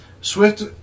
Swift